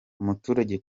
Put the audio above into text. umuturage